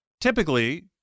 typically